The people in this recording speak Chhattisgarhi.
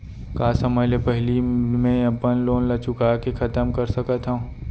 का समय ले पहिली में अपन लोन ला चुका के खतम कर सकत हव?